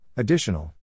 Additional